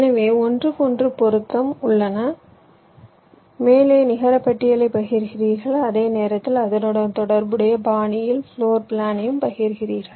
எனவே ஒன்றுக்கு ஒன்று பொருத்தம் உள்ளன மேலே நிகரப்பட்டியலைப் பகிர்கிறீர்கள் அதே நேரத்தில் அதனுடன் தொடர்புடைய பாணியில் ஃப்ளோர் பிளானை பகிர்கிறீர்கள்